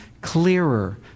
clearer